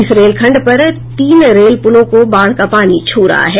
इस रेलखंड पर तीन रेल पुलों को बाढ़ का पानी छू रहा है